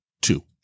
two